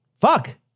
fuck